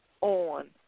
on